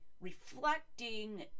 reflecting